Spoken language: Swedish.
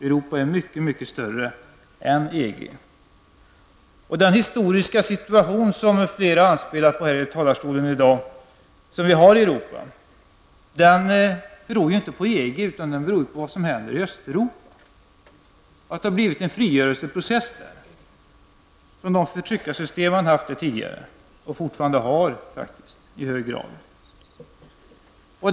Europa är mycket, mycket större än Den historiska situation som vi har i Europa och som flera anspelat på från kammarens talarstol i dag beror inte på EG utan på vad som händer i Östeuropa, nämligen att en frigörelse från de förtryckarsystem som man tidigare haft och faktiskt i hög grad fortfarande har där har påbörjats.